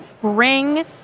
bring